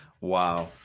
wow